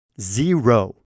Zero